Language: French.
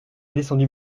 descendu